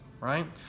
right